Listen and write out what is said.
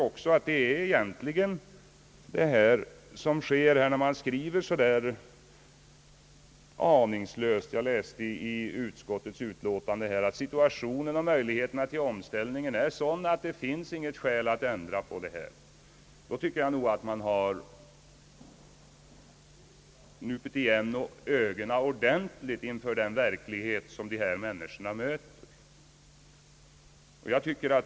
Utskottet skriver helt aningslöst i sitt utlåtande, att situationen och möjligheterna till omställning är sådana, att det inte finns något skäl att ändra på detta. Jag tycker nog att man i så fall knipit igen ögonen ordentligt inför den verklighet, som dessa människor möter.